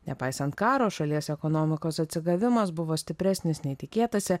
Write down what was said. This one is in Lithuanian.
nepaisant karo šalies ekonomikos atsigavimas buvo stipresnis nei tikėtasi